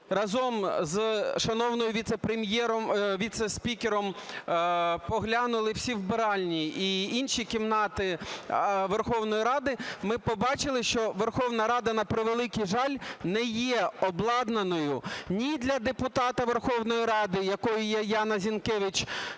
віце-прем'єром… віце-спікером поглянули всі вбиральні і інші кімнати Верховної Ради, ми побачили, що Верховна Рада, на превеликий жаль, не є обладнаною ні для депутата Верховної Ради, якою є Яна Зінкевич,